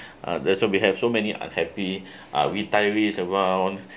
uh that's why we have so many unhappy are retirees around